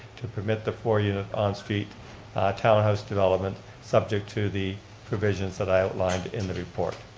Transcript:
to permit the four unit on street townhouse development subject to the provisions that i outlined in the report.